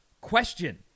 question